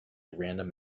random